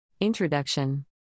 Introduction